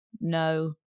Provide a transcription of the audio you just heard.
no